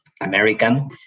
American